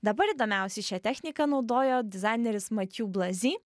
dabar įdomiausiai šią techniką naudojo dizaineris matju blazi